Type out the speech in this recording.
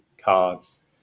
cards